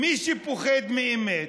מי שפוחד מאמת,